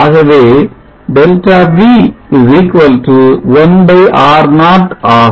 ஆகவே Δi ΔV 1 R0 ஆகும்